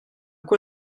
quoi